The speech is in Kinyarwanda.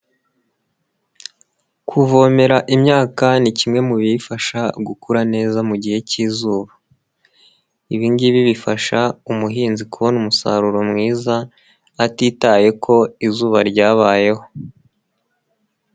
Kuvomera imyaka ni kimwe mu biyifasha gukura neza mu mugihe k'izuba. Ibingibi bifasha umuhinzi kubona umusaruro mwiza atitaye ko izuba ryabayeho.